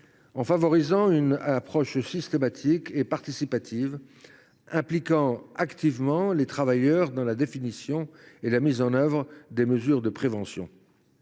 en favorisant une approche systématique et participative, impliquant activement les travailleurs dans la définition et la mise en œuvre des mesures de prévention.